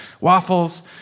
Waffles